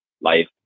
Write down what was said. life